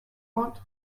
want